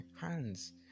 hands